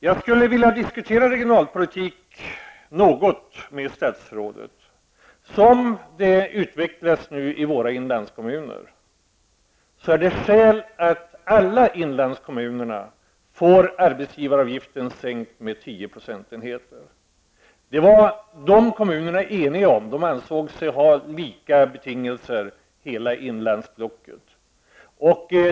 Jag skulle vilja diskutera regionalpolitiken något med statsrådet. Mot bakgrund av utvecklingen i våra inlandskommuner är det skäl att alla inlandskommuner får arbetsgivaravgiften sänkt med 10 procentenheter. Det var de kommunerna eniga om. De ansåg sig ha lika betingelser i hela inlandsblocket.